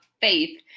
faith